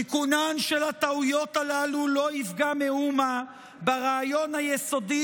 תיקונן של הטעויות הללו לא יפגע מאומה ברעיון היסודי